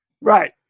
Right